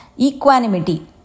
equanimity